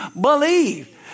believe